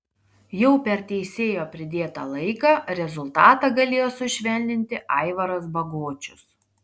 jau per teisėjo pridėtą laiką rezultatą galėjo sušvelninti aivaras bagočius